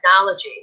technology